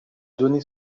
donné